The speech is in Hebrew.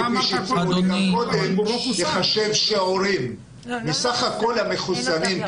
צריך לפי שיקול קודם לחשב בסך הכול המחוסנים,